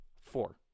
Four